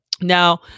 now